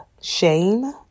shame